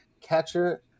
Catcher